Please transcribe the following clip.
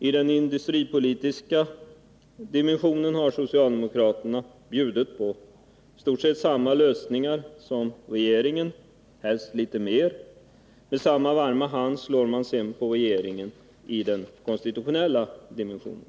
I den industripolitiska dimensionen har socialdemokraterna bjudit på i stort sett samma lösningar som regeringen, helst litet mer. Med samma varma hand slår man sedan på regeringen i den konstitutionella dimensionen.